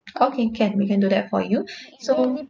okay can we can do that for you so